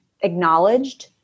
acknowledged